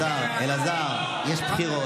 אלעזר, יש בחירות.